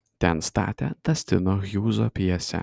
ten statė dastino hjūzo pjesę